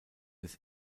des